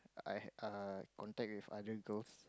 I had err contact with other girls